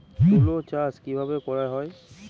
তুলো চাষ কিভাবে করা হয়?